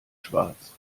schwarz